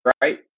Right